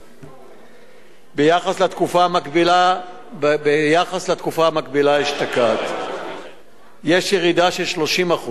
ביחס לתקופה המקבילה אשתקד יש ירידה של 30%